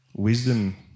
Wisdom